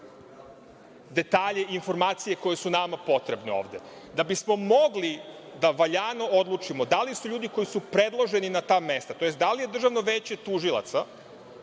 detalje i informacije koje su nama potrebne ovde. Da bismo mogli da valjano odučimo da li su ljudi koji su predloženi na ta mesta, tj. da li je Državno veće tužilaca